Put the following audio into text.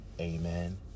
Amen